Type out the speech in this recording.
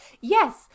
Yes